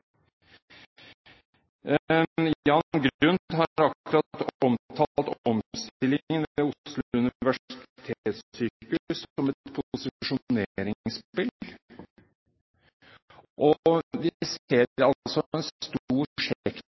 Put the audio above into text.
Jan Grundt har akkurat omtalt omstillingen ved Oslo universitetssykehus som et posisjoneringsspill, og vi ser altså en stor